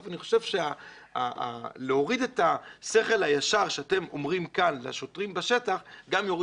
אני חושב שלהוריד את השכל הישר שאתם אומרים כאן לשוטרים בשטח גם יוריד